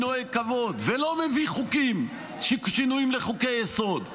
נוהג כבוד ולא מביא חוקים שינויים לחוקי-יסוד,